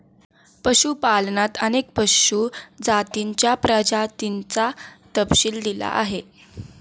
पशुपालनात अनेक पशु जातींच्या प्रजातींचा तपशील दिला आहे